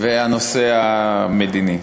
והנושא המדיני.